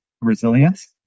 resilience